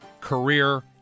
career